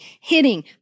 hitting